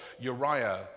Uriah